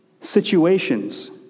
situations